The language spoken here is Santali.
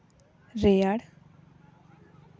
ᱨᱮᱭᱟᱲ